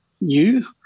new